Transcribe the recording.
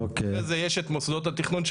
אחרי זה יש את מוסדות התכנון,